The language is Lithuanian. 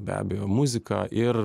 be abejo muzika ir